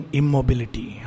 immobility